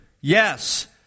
yes